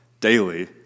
daily